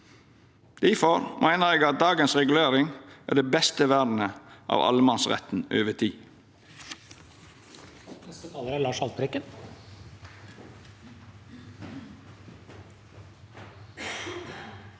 Difor meiner eg at dagens regulering er det beste vernet av allemannsretten over tid.